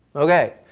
okay.